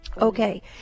Okay